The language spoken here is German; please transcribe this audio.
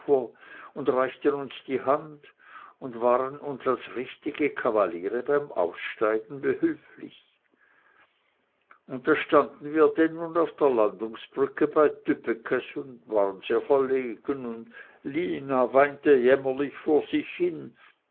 und reichten uns die hand und waren uns als richtige kavaliere beim aussteigen behülflich und da standen wir denn nun auf der landungsbrücke bei tübbeckes und waren sehr verlegen und lina weinte jämmerlich vor sich hin